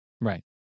Right